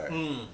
mm